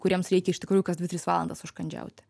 kuriems reikia iš tikrųjų kas dvi tris valandas užkandžiauti